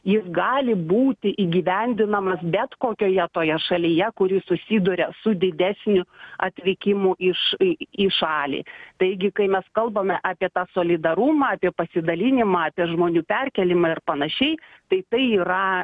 jis gali būti įgyvendinamas bet kokioje toje šalyje kuri susiduria su didesniu atvykimu iš į šalį taigi kai mes kalbame apie tą solidarumą apie pasidalinimą apie žmonių perkėlimą ir panašiai tai tai yra